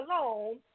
alone